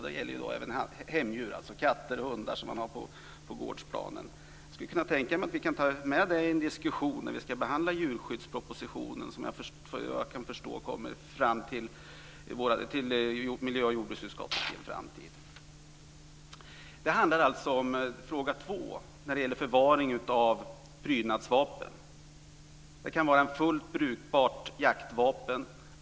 Det gäller även hemdjur, katter och hundar som man har på gårdsplanen. Jag skulle kunna tänka mig att vi tar med det i en diskussion när vi ska behandla djurskyddspropositionen, som vad jag kan förstå kommer till miljö och jordbruksutskottet i en framtid. Fråga två gäller förvaring av prydnadsvapen. Det kan vara ett fullt brukbart jaktvapen.